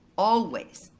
always,